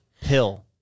pill